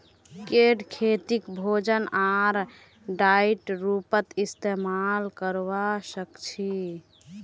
कीट खेतीक भोजन आर डाईर रूपत इस्तेमाल करवा सक्छई